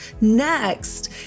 Next